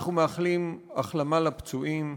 אנחנו מאחלים החלמה לפצועים.